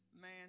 man